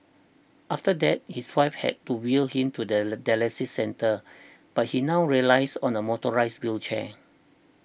after that his wife had to wheel him to the dialysis centre but he now relies on a motorised wheelchair